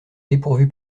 dépourvu